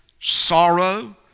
sorrow